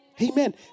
Amen